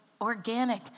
organic